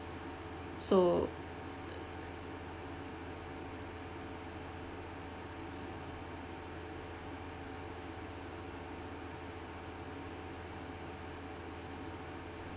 so